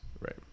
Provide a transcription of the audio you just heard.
Right